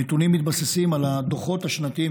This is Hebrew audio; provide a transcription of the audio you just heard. הנתונים מתבססים על הדוחות השנתיים